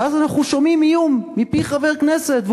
ואז אנחנו שומעים איום מפי חבר כנסת,